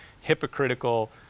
hypocritical